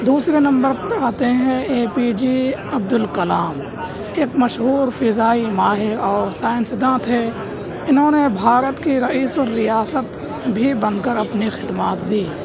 دوسرے نمبر پر آتے ہیں اے پی جی عبدالکلام ایک مشہور فضائی ماہر اور سائنس داں تھے انہوں نے بھارت کی رئیس الریاست بھی بن کر اپنی خدمات دی